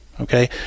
okay